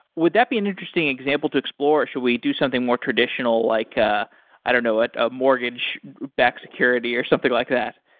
would that be an interesting example to explore, or shall we do something more traditional like ah i don't know, a ah mortgage back security or something like that?